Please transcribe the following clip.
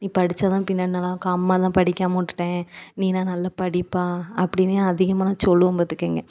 நீ படிச்சாகே தான் பின்னாடி நல்லா இருக்க அம்மா தான் படிக்காமல் விட்டுட்டேன் நீனா நல்லா படிப்பா அப்படினு அதிகமாக நான் சொல்லுவேன் பார்த்துக்கங்க